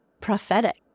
prophetic